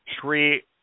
three